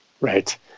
Right